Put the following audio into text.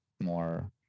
more